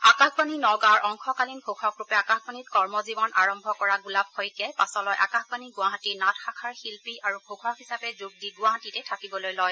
আকাশবাণী নগাঁৱৰ অংশকালীন ঘোষকৰূপে আকাশবাণীত কৰ্মজীৱন আৰম্ভ কৰা গোলাপ শইকীয়াই পাছলৈ আকাশবাণী গুৱাহাটীৰ নাট শাখাৰ শিল্পী আৰু ঘোষক হিচাপে যোগ দি গুৱাহাটীত থাকিবলৈ লয়